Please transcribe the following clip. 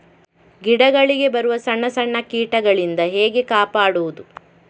ಗಿಡಗಳಿಗೆ ಬರುವ ಸಣ್ಣ ಸಣ್ಣ ಕೀಟಗಳಿಂದ ಹೇಗೆ ಕಾಪಾಡುವುದು?